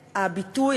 זה הביטוי,